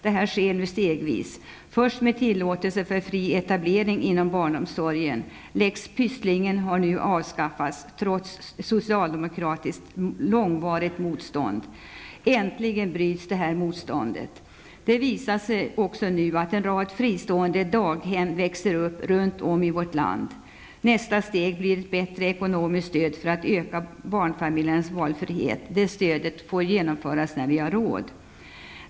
Detta sker nu stegvis, först med tillåtelse för fri etablering inom barnomsorgen. Lex Pysslingen har nu avskaffats, trots långvarigt socialdemokratiskt motstånd. Äntligen bryts motståndet! Det visar sig också nu att en rad fristående daghem växer upp runt om i vårt land. Nästa steg blir ett bättre ekonomiskt stöd för att öka barnfamiljernas valfrihet. Det stödet får genomföras när vi får råd.